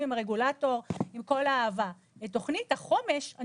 הנוירוכירורגיה נמצאת בתוכנית החומש.